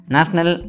National